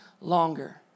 longer